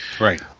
Right